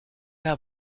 car